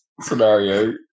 scenario